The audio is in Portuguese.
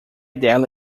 dela